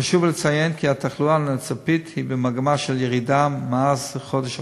חשוב לציין כי התחלואה הנצפית היא במגמה של ירידה מאז חודש אוקטובר,